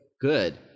Good